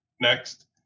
Next